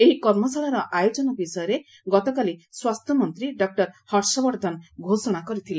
ଏହି କର୍ମଶାଳାର ଆୟୋଜନ ବିଷୟରେ ଗତକାଲି ସ୍ୱାସ୍ଥ୍ୟ ମନ୍ତ୍ରୀ ଡକ୍ଟର ହର୍ଷବର୍ଦ୍ଧନ ଘୋଷଣା କରିଥିଲେ